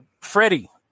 Freddie